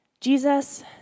Jesus